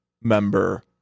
member